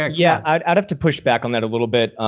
ah yeah, i'd have to push back on that a little bit.